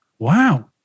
Wow